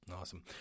Awesome